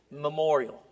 memorial